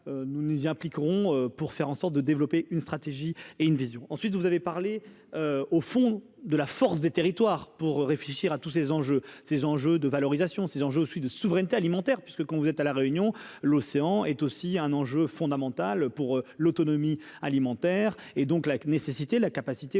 nous nous y impliqueront pour faire en sorte de développer une stratégie et une vision ensuite, vous avez parlé au fond de la force des territoires pour réfléchir à tous ces enjeux ces enjeux de valorisation ces enjeux suis de souveraineté alimentaire puisque quand vous êtes à la Réunion, l'océan est aussi un enjeu fondamental pour l'autonomie alimentaire et donc la nécessité la capacité aussi